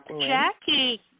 Jackie